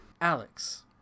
alex